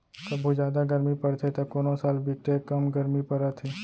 कभू जादा गरमी परथे त कोनो साल बिकटे कम गरमी परत हे